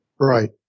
right